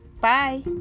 bye